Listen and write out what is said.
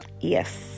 Yes